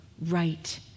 right